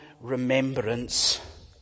remembrance